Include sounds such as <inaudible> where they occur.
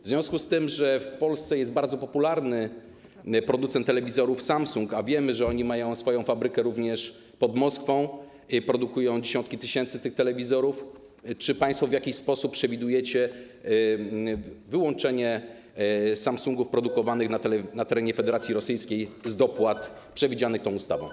W związku z tym, że w Polsce jest bardzo popularny producent telewizorów Samsung, a wiemy, że ma on swoją fabrykę również pod Moskwą i produkuje dziesiątki tysięcy telewizorów, czy państwo w jakiś sposób przewidujecie wyłączenie samsungów <noise> produkowanych na terenie Federacji Rosyjskiej z dopłat przewidzianych tą ustawą?